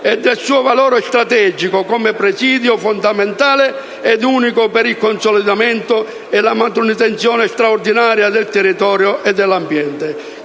e del suo valore strategico come presidio fondamentale ed unico per il consolidamento e la manutenzione straordinaria del territorio e dell'ambiente,